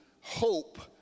hope